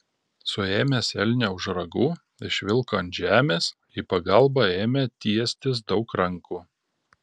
suėmęs elnią už ragų išvilko ant žemės į pagalbą ėmė tiestis daug rankų